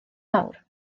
mawr